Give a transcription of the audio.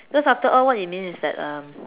so started on what it means is that um